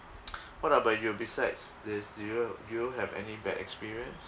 what about you besides this do you do you have any bad experience